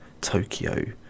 Tokyo